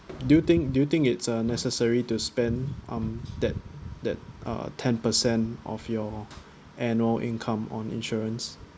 do you think do you think it's a necessary to spend um that that uh ten percent of your annual income on insurance